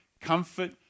comfort